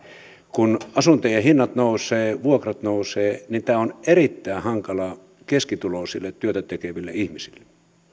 kun asuntojen hinnat nousevat vuokrat nousevat tämä on erittäin hankalaa keskituloisille työtä tekeville ihmisille